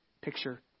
picture